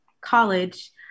college